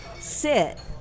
Sit